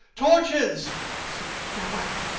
torches so farewell.